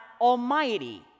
Almighty